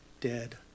dead